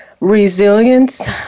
Resilience